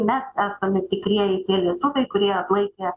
mes esame tikrieji tie liūtukai kurie atlaikė